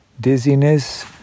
dizziness